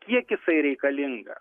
kiek jisai reikalingas